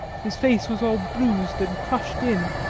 his face was all bruised and crushed in,